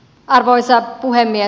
arvoisa puhemies